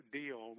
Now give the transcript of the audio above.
deal